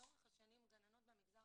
לאורך השנים גננות במגזר